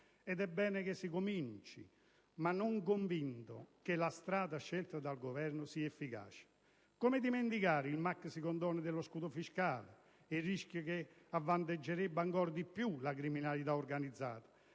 ed è bene che si cominci, ma non sono convinto che la strada scelta dal Governo sia efficace. Come dimenticare il maxicondono dello scudo fiscale e il rischio che ad avvantaggiarsene, ancora una volta, sia la criminalità organizzata?